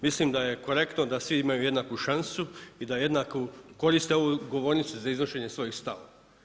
Mislim da je korektno da svi imaju jednaku šansu i da jednako koriste ovu govornicu za iznošenje svojih stavova.